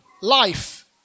life